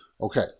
Okay